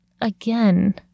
again